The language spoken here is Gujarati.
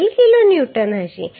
12 કિલો ન્યૂટન હશે